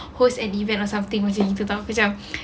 host and event or something macam itu [tau]